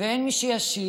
ואין מי שישיב